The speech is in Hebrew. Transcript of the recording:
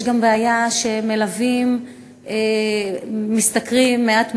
יש גם בעיה שמלווים משתכרים מעט מאוד,